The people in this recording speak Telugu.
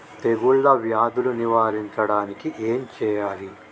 తెగుళ్ళ వ్యాధులు నివారించడానికి ఏం చేయాలి?